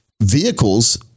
vehicles